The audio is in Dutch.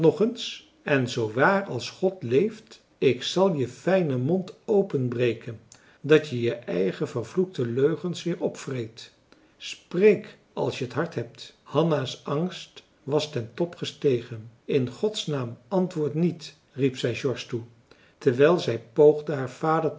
en zoowaar als god leeft ik zal je fijnen mond openbreken dat je je eigen vervloekte leugens weer opvreet spreek als je t hart hebt hanna's angst was ten top gestegen in godsnaam antwoord niet riep zij george toe terwijl zij poogde haar vader